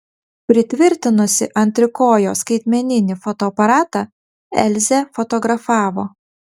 pritvirtinusi ant trikojo skaitmeninį fotoaparatą elzė fotografavo